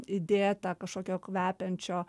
įdėta kažkokio kvepiančio